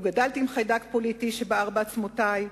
ולא גדלתי עם חיידק פוליטי שבער בעצמותי.